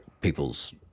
people's